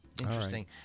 Interesting